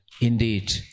indeed